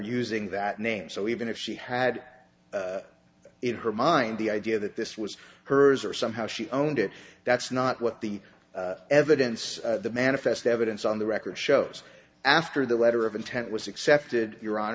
using that name so even if she had in her mind the idea that this was hers or somehow she owned it that's not what the evidence the manifest evidence on the record shows after the letter of intent was accepted